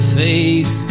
face